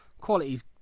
Quality's